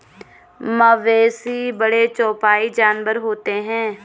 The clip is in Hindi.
मवेशी बड़े चौपाई जानवर होते हैं